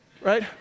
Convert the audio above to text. right